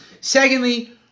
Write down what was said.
Secondly